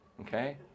okay